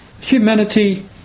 humanity